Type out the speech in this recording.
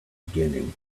beginning